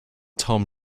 tom